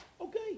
Okay